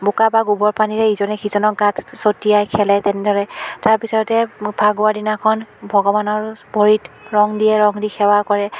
বোকা বা গোৱৰ পানীৰে ইজনে সিজনক গাত ছটিয়াই খেলে তেনেদৰে তাৰ পিছতে ফাকুৱাৰ দিনাখন ভগৱানৰ ভৰিত ৰং দিয়ে ৰং দি সেৱা কৰে